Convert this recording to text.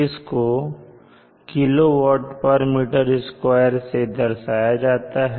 इसको kWm2 से दर्शाया जाता है